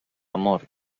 amor